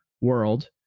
world